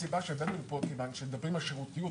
הסיבה שבאנו לפה, מכיוון שמדברים על שירותיות,